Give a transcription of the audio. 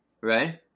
right